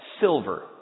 silver